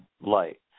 light